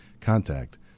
contact